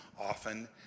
often